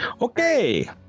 Okay